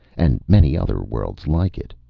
and many other worlds like it.